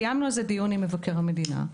קיימנו על זה דיון עם מבקר המדינה,